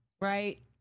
right